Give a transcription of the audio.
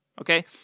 okay